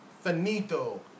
Finito